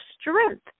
strength